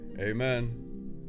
Amen